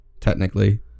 technically